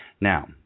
Now